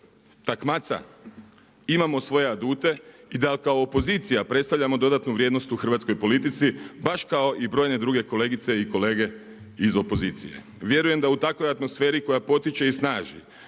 takmaca imamo svoje adute i da kao opozicija predstavljamo dodatnu vrijednost u hrvatskoj politici baš kao i brojne druge kolegice i kolege iz opozicije. Vjerujem da u takvoj atmosferi koja potiče i snaži